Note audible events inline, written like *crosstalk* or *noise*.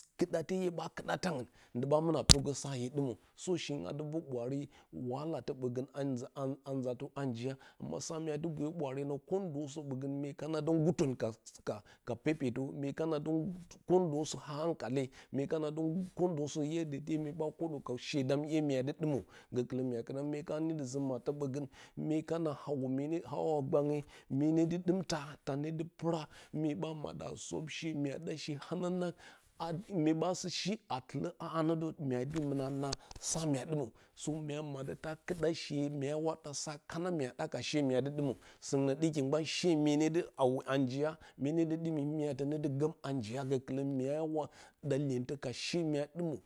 *noise* Kɨɗa te hye ɓa vɨda taangus ndi ba mina pɨrgə *noise* sa hye dɨmə so shingu a dɨ ror ɓwaare wahala bəgə anzo anzo anjiya sa mya dɨ bəyə ɓwag re nə kəndəsə ɓəgən myeko na dɨ ngutən ka kaka pepetə mye kana dɨ sur kəndəsə a hankale mye kana ndɨ gur kəndəsə hankali mue ɓa kədə ka shedam iye mya dɨ dɨmə gəkulə mya kɨɗamərən hyeka nidə zi mattə bəgən mye kana hawə mye he hawhaw gbangye, mye dɨ dɨm taa, taa he dɨ pɨra mye ɓa mada sofa she mya ɗa she hananang a mye ɓa sɨ shi a tilə aha nə də mya de mɨna naa sa mya dɨmə so mya modə ta kɨɗa she myawa ɗa sa kana mya ɗa ka she myadɨ dɨ dɨmə səungnə ɗɨki gbah she mye ne də hawi a njiya mye ne dɨ dɨmi muadə ne dɨ gəm a njiya gəku lə myawa da hyentə ka she mya ɗɨmə